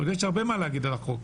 עוד יש הרבה מה להגיד על החוק,